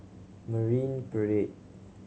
Marine Parade